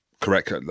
correct